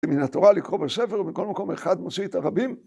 מן התורה לקרוא בספר ומכל מקום אחד מוציא את הרבים.